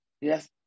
Yes